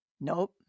nope